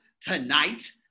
tonight